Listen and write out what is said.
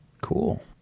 Cool